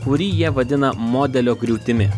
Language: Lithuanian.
kurį jie vadina modelio griūtimi